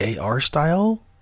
AR-style